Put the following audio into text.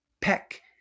peck